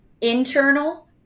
internal